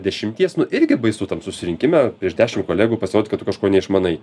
dešimties nu irgi baisu tam susirinkime prieš dešim kolegų pasirodyt kad tu kažko neišmanai